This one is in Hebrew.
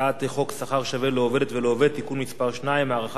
ולעובד (תיקון מס' 2) (הארכת תקופת ההתיישנות בתובענה